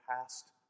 past